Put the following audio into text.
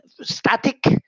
static